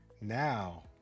Now